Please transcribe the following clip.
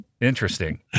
Interesting